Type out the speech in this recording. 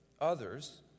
others